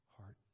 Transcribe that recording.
heart